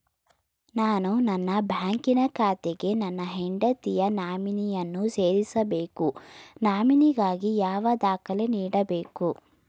ನಾನು ನನ್ನ ಬ್ಯಾಂಕಿನ ಖಾತೆಗೆ ನನ್ನ ಹೆಂಡತಿಯ ನಾಮಿನಿಯನ್ನು ಸೇರಿಸಬೇಕು ನಾಮಿನಿಗಾಗಿ ಯಾವ ದಾಖಲೆ ನೀಡಬೇಕು?